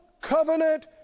covenant